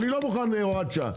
אני לא מוכן הוראת שעה,